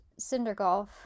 Cindergolf